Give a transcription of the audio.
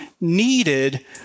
needed